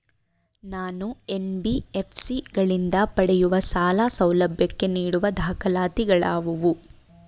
ನಾನು ಎನ್.ಬಿ.ಎಫ್.ಸಿ ಗಳಿಂದ ಪಡೆಯುವ ಸಾಲ ಸೌಲಭ್ಯಕ್ಕೆ ನೀಡುವ ದಾಖಲಾತಿಗಳಾವವು?